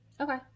Okay